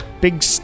big